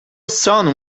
son